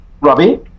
Robbie